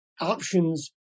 options